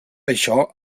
això